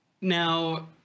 Now